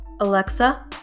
Alexa